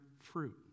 fruit